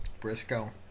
Briscoe